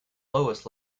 lowest